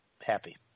happy